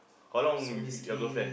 how long you with your girlfriend